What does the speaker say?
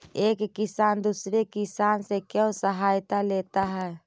एक किसान दूसरे किसान से क्यों सहायता लेता है?